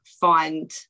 find